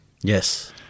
Yes